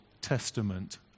Testament